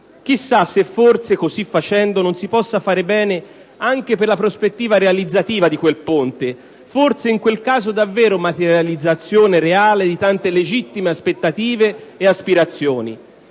Chissà che forse, così facendo, non si possa fare bene anche per la prospettiva realizzativa di quel ponte, forse, in quel caso, davvero materializzazione reale di tante legittime aspettative e aspirazioni.